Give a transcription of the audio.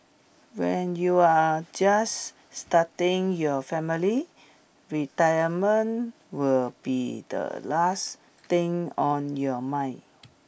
when you are just starting your family retirement will be the last thing on your mind